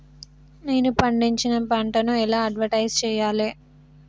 నేను పండించిన పంటను ఎలా అడ్వటైస్ చెయ్యాలే?